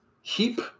heap